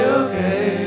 okay